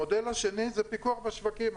המודל השני זה פיקוח בשווקים,